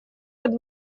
под